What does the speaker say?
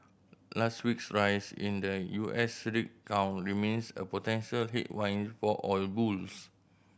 last week's rise in the U S rig count remains a potential headwind for oil bulls